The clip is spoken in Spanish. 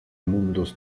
mundos